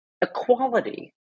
equality